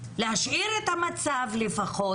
להשאיר את המצב לפחות,